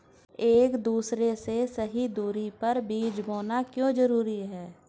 एक दूसरे से सही दूरी पर बीज बोना क्यों जरूरी है?